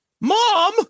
Mom